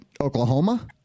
Oklahoma